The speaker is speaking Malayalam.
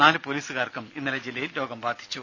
നാല് പോലീസുകാർക്കും ഇന്നലെ ജില്ലയിൽ രോഗം ബാധിച്ചു